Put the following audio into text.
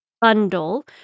bundle